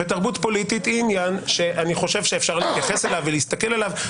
ותרבות פוליטית היא עניין שאני חושב שאפשר להתייחס אליו ולהסתכל עליו,